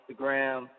Instagram